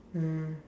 mm